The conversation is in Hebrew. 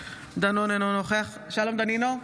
דנון, אינו נוכח שלום דנינו,